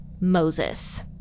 Moses